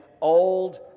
old